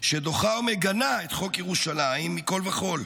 שדוחה ומגנה את חוק ירושלים מכול וכול.